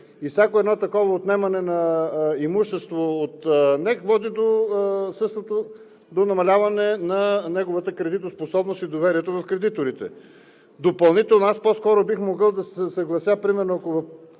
и всяко едно такова отнемане на имущество от НЕК води до намаляване на неговата кредитоспособност и доверието в кредиторите. Допълнително, аз по-скоро бих могъл да се съглася примерно,